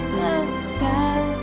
sky